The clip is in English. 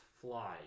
fly